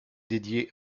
dédiée